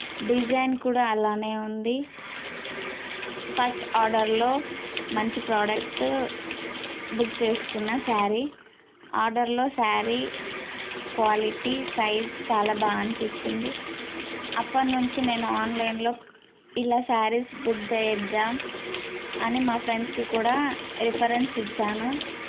design కూడా అలాగే ఉంది ఫస్ట్ ఆర్డర్లో మంచి ప్రోడక్ట్ బుక్ చేసుకున్న స్యారీ ఆర్డర్లో స్యారీ క్వాలిటీ సైజ్ చాలా బాగా అనిపించింది అప్పటి నుంచి నేను ఆన్లైన్లో ఇలా స్యారీస్ బుక్ చేయిద్దాము అని మా ఫ్రెండ్స్కి కూడా రిఫరెన్స్ ఇచ్చాను